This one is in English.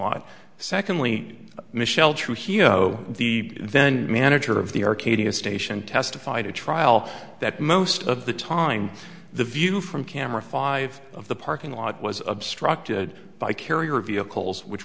lot secondly michelle trujillo the then manager of the arcadia station testified at trial that most of the time the view from camera five of the parking lot was obstructed by carrier vehicles which